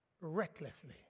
recklessly